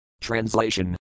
Translation